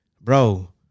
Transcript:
bro